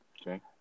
Okay